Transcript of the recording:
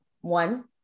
one